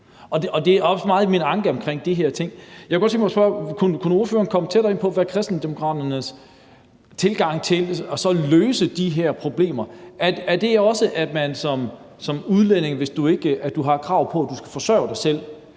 Det er også meget min anke omkring de her ting. Jeg kunne godt tænke mig at spørge: Kunne ordføreren komme nærmere ind på, hvad Kristendemokraternes tilgang til at løse de her problemer er? Er det også, at der er et krav om, at man som udlænding skal forsørge sig selv,